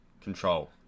control